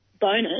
bonus